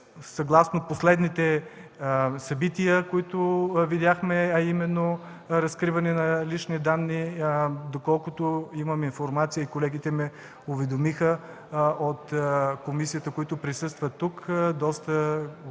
Съгласно последните събития, които видяхме, а именно разкриване на лични данни, доколкото имам информация и колегите от комисията, които присъстват тук, ме уведомиха,